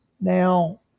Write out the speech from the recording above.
Now